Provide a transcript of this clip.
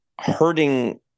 hurting